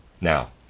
Now